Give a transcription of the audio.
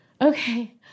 okay